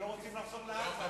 לחזור לעזה.